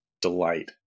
delight